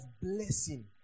blessing